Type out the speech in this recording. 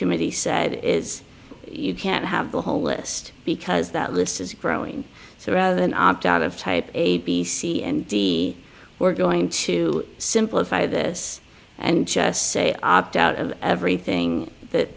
committee said is you can't have the whole list because that list is growing so rather than opt out of type a b c and d we're going to simplify this and just say opt out of everything that